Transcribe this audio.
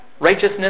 Righteousness